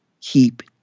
keep